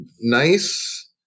nice